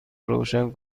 روشن